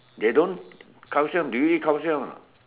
they don't calcium do you eat calcium or not